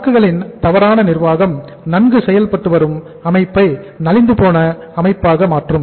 சரக்குகளின் தவறான நிர்வாகம் நன்கு செயல்பட்டு வரும் அமைப்பை நலிந்துபோன அமைப்பாக மாற்றும்